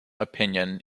opinion